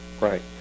right